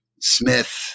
Smith